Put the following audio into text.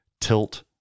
tilt